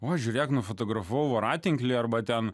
o žiūrėk nufotografavau voratinklį arba ten